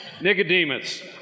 Nicodemus